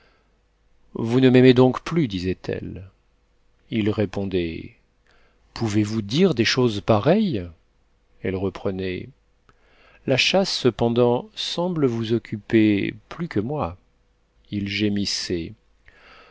vous ne m'aimez donc plus disait-elle il répondait pouvez-vous dire des choses pareilles elle reprenait la chasse cependant semble vous occuper plus que moi il